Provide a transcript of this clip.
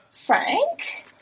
Frank